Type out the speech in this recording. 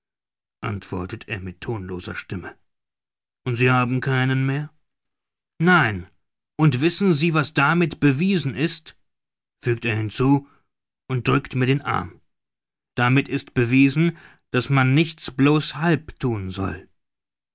antwortet er mit tonloser stimme und sie haben keinen mehr nein und wissen sie was damit bewiesen ist fügt er hinzu und drückt mir den arm damit ist bewiesen daß man nichts blos halb thun soll